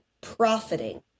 profiting